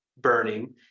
burning